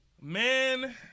man